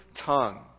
tongue